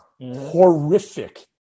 horrific